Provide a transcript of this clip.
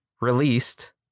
Released